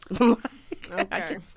Okay